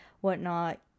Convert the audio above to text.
whatnot